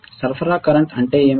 సరఫరా కరెంట్ అంటే ఏమిటి